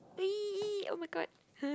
oh-my-god